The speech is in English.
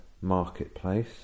marketplace